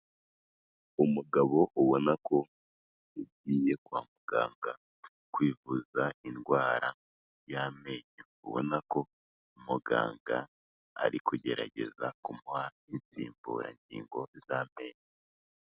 Umugabo ubona ko yagiye kwa muganga kwivuza indwara y'amenyo, ubona ko muganga ari kugerageza kumuha insimburangingo z'amenyo.